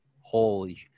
holy